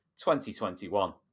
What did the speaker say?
2021